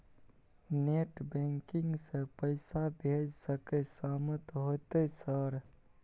Net banking से पैसा भेज सके सामत होते सर?